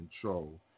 control